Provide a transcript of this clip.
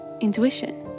intuition